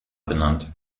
benannt